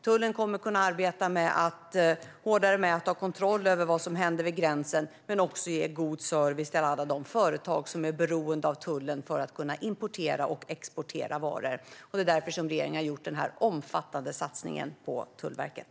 Tullen kommer att kunna arbeta hårdare med att ha kontroll över vad som händer vid gränsen men kommer också att kunna ge god service till alla de företag som är beroende av tullen för att kunna importera och exportera varor. Det är därför som regeringen har gjort denna omfattande satsning på Tullverket.